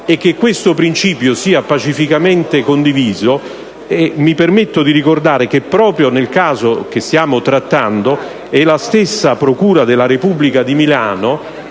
Questo principio peraltro é pacificamente condiviso: mi permetto di ricordare che proprio nel caso che stiamo trattando è la stessa procura della Repubblica di Milano